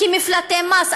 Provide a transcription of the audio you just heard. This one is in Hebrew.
כמפלטי מס,